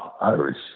Irish